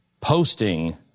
posting